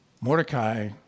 Mordecai